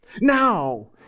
Now